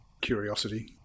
Curiosity